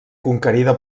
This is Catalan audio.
conquerida